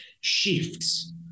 shifts